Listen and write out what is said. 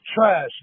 trash